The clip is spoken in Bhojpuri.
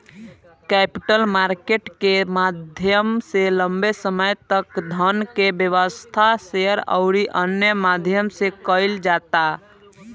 कैपिटल मार्केट के माध्यम से लंबे समय तक धन के व्यवस्था, शेयर अउरी अन्य माध्यम से कईल जाता